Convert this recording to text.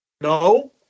No